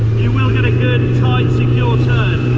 you will get a good tight secure turn,